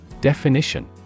Definition